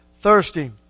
thirsty